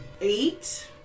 Eight